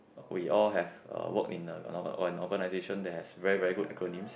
we all have uh worked in a an organisation that has very very good acronyms